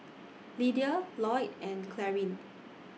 Lyda Lloyd and Clarine